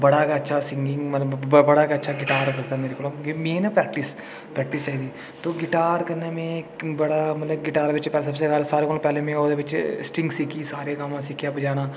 बड़ा गै अच्छा सिंगिंग मतलब बड़ा गै अच्छा बजदा मेरे कोला मेन ऐ प्रैक्टिस प्रैक्टिस चाहिदी गिटार कन्नै में गिटार बिच बड़ा सारें कोला पैह्लें में ओह्दे बिच कोचिंग सिक्खी सारेगामा सिक्खेआ बजाना